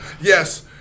Yes